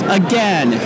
again